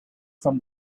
from